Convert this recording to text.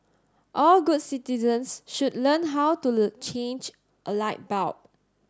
all good citizens should learn how to change a light bulb